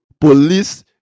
police